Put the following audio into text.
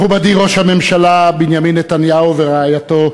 מכובדי ראש הממשלה בנימין נתניהו ורעייתו,